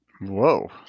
Whoa